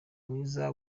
mwiza